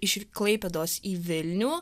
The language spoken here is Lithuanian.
iš klaipėdos į vilnių